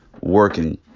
working